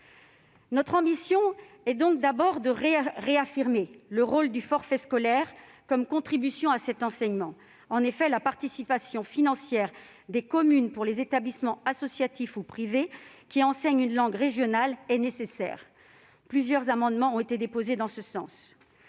Notre ambition est donc d'abord de réaffirmer le rôle du forfait scolaire comme contribution à cet enseignement. En effet, la participation financière des communes pour les établissements associatifs ou privés qui enseignent une langue régionale est nécessaire. Plusieurs amendements ont été déposés en ce sens.